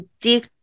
deep